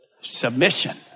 submission